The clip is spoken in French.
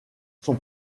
son